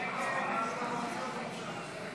50 בעד, 60 נגד.